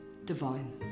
Divine